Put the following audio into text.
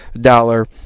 dollar